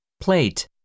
Plate